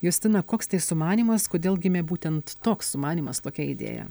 justina koks tai sumanymas kodėl gimė būtent toks sumanymas tokia idėja